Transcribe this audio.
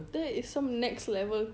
that is some next level